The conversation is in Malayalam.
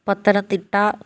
പത്തനംതിട്ട